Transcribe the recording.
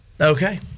okay